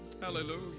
Hallelujah